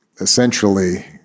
essentially